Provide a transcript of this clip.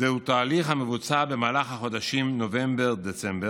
זהו תהליך המבוצע במהלך החודשים נובמבר-דצמבר,